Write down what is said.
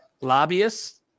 lobbyists